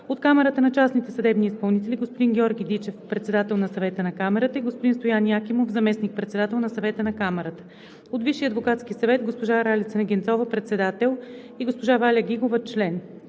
от Камарата на частните съдебни изпълнители – господин Георги Дичев, председател на Съвета на Камарата, и господин Стоян Якимов, заместник-председател на Съвета на Камарата; от Висшия адвокатски съвет – госпожа Ралица Негенцова, председател, и госпожа Валя Гигова – член.